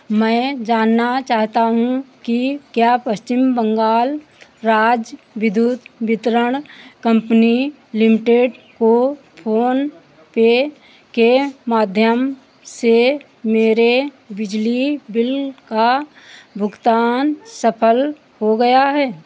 मैं जानना चाहता हूँ कि क्या पश्चिम बंगाल राज्य विद्युत वितरण कम्पनी लिमिटेड को फोनपे के माध्यम से मेरे बिजली बिल का भुगतान सफल हो गया है